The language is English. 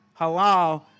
halal